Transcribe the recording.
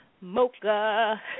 Mocha